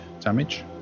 damage